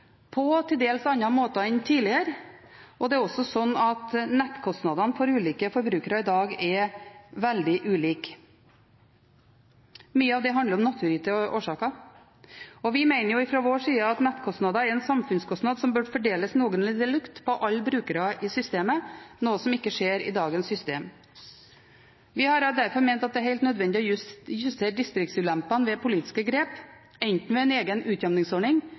på til dels andre måter enn tidligere, og nettkostnadene for ulike forbrukere er i dag veldig ulik. Mye av det handler om naturgitte årsaker. Vi mener fra vår side at nettkostnader er en samfunnskostnad som bør fordeles noenlunde likt på alle brukere i systemet, noe som ikke skjer i dagens system. Vi har derfor ment at det er helt nødvendig å justere distriktsulempene gjennom politiske grep, enten ved en egen